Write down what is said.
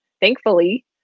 thankfully